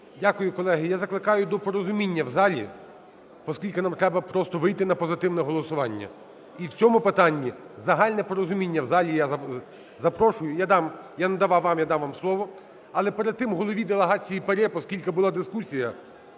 Дякую, колеги. Я закликаю до порозуміння в залі, оскільки нам треба просто вийти на позитивне голосування. І в цьому питанні загальне порозуміння в залі я запрошую, я дам, я не давав, я дам вам слово, але перед тим – голові делегації ПАРЄ. Оскільки була дискусія.